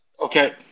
Okay